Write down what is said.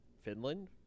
finland